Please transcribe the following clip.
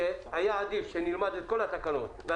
חושבים שהיה עדיף שנלמד את כל התקנות,